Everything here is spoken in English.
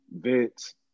Vince